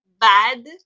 bad